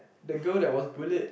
the girl that was bullied